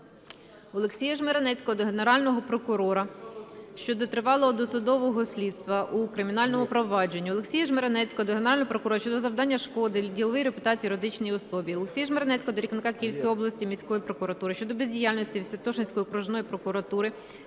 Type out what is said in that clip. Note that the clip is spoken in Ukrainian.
Олексія Жмеренецького до Генерального прокурора щодо тривалого досудового слідства у кримінальному провадженні. Олексія Жмеренецького до Генерального прокурора щодо завдання шкоди діловій репутації юридичній особі. Олексія Жмеренецького до керівника Київської міської прокуратури щодо бездіяльності Святошинської окружної прокуратури